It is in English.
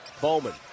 Bowman